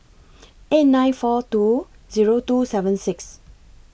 eight nine four two Zero two seven six